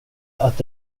att